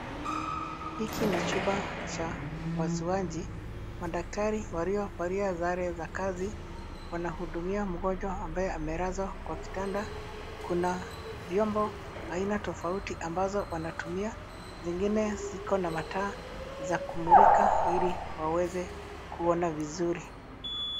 Hiki ni chumba cha upasuaji madaktari waliovalia sare za kazi wanahudumia mgonjwa ambaye amelazwa kwa kitanda. Kuna vyombo aina tofauti ambazo wanatumia zingine ziko na mataa za kumulika ili waweze kuona vizuri.